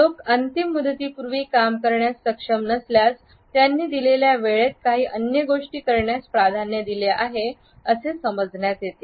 लोक अंतिम मुदतीपूर्वी काम करण्यास सक्षम नसल्यास त्यांनी दिलेल्या वेळेत काही अन्य गोष्टी करण्यास प्राधान्य दिले आहे असे समजण्यात येते